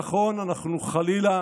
נכון, אנחנו חלילה